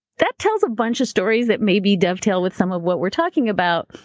that tells a bunch of stories that maybe dovetail with some of what we're talking about,